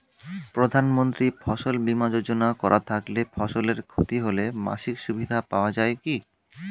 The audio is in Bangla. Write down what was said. প্রধানমন্ত্রী ফসল বীমা যোজনা করা থাকলে ফসলের ক্ষতি হলে মাসিক সুবিধা পাওয়া য়ায় কি?